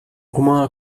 uma